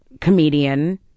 comedian